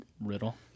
riddle